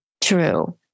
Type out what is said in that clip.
true